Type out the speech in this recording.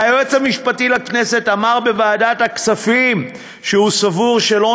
והיועץ המשפטי לכנסת אמר בוועדת הכספים שהוא סבור שלא